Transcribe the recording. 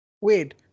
wait